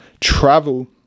travel